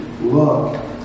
Look